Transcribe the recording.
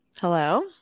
Hello